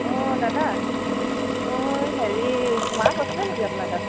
অঁ দাদা অঁ হেৰি মাছ আছিলে নেকি আপোনাৰ তাত